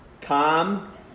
Calm